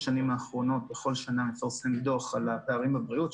ומפרסם בכל שנה דוח על הפערים בבריאות,